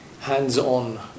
hands-on